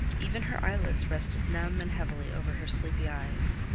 even her eyelids rested numb and heavily over her sleepy eyes.